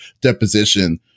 deposition